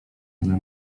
tyle